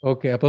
Okay